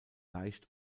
leicht